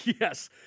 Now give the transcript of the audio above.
Yes